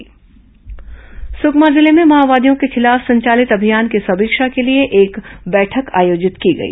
सुकमा माओवादी बैठक सुकमा जिले में माओवादियों के खिलाफ संचालित अभियान की समीक्षा के लिए एक बैठक आयोजित की गई